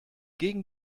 gegen